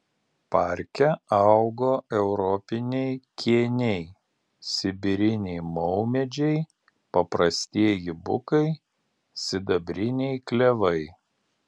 parke augo europiniai kėniai sibiriniai maumedžiai paprastieji bukai sidabriniai klevai